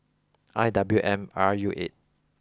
I W M R U eight